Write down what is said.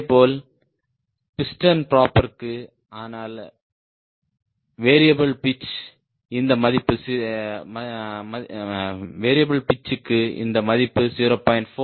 இதேபோல் பிஸ்டன் ப்ராப்பிற்கு ஆனால் வெரியபிள் பிட்ச்க்கு இந்த மதிப்பு 0